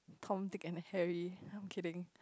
Tom Dick and Harry I'm kidding